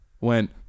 went